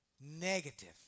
negative